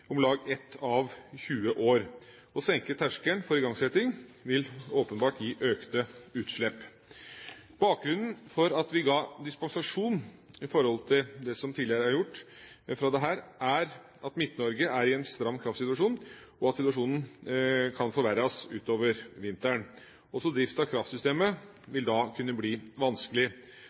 om lag ett av 20 år. Å senke terskelen for igangsetting vil åpenbart gi økte utslipp! Bakgrunnen for at vi ga dispensasjon fra dette i forhold til det som tidligere er gjort, er at Midt-Norge er i en stram kraftsituasjon, og at situasjonen kan forverres utover vinteren. Også driften av kraftsystemet vil da kunne bli vanskelig.